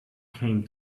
came